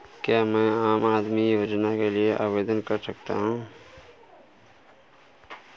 क्या मैं आम आदमी योजना के लिए आवेदन कर सकता हूँ?